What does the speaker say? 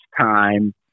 time